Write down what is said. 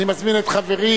אני מזמין את חברי,